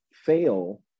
fail